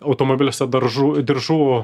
automobiliuose daržų diržų